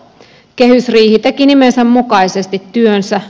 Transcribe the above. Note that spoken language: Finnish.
kehysriihi teki nimensä mukaisesti työnsä